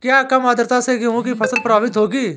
क्या कम आर्द्रता से गेहूँ की फसल प्रभावित होगी?